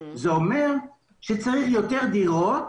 זה אומר שצריך יותר דירות